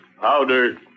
powder